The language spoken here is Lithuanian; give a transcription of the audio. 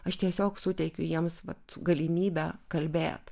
aš tiesiog suteikiu jiems vat galimybę kalbėt